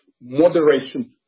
moderation